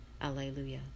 Alleluia